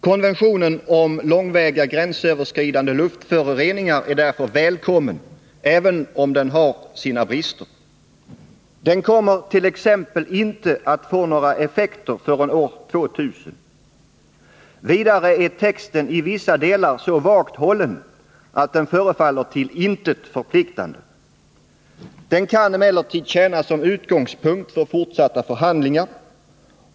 Konventionen om långväga gränsöverskridande luftföroreningar är därför välkommen, även om den har sina brister. Den kommer t.ex. inte att få några effekter förrän år 2000. Vidare är texten i vissa delar så vagt hållen att den förefaller till intet förpliktande. Den kan emellertid tjäna som utgångspunkt för fortsatta förhandlingar.